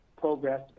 progress